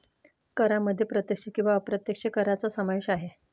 करांमध्ये प्रत्यक्ष किंवा अप्रत्यक्ष करांचा समावेश आहे